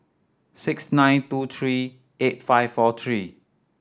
six nine two three eight five four three